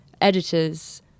editors